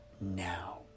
now